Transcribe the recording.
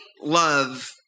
love